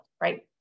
right